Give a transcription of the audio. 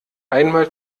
einmal